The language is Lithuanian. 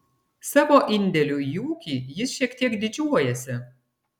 savo indėliu į ūkį jis šiek tiek didžiuojasi